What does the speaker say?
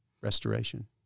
restoration